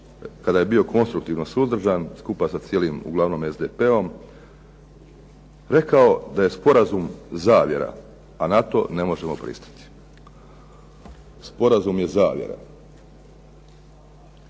kada je bio konstruktivno suzdržana skupa sa cijelim uglavnom SDP-om rekao da je sporazum zavjera, a na to ne možemo pristati. Sporazum je zavjera.